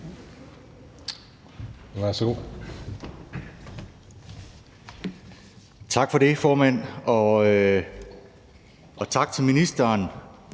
Tak for det, formand, tak til ministeren,